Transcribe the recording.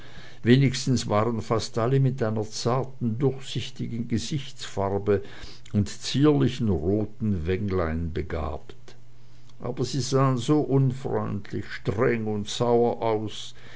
wenigstens waren fast alle mit einer zarten durchsichtigen gesichtsfarbe und zierlichen roten wänglein begabt aber sie sahen so unfreundlich streng und sauer aus